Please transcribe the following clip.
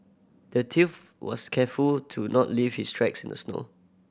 the thief was careful to not leave his tracks in the snow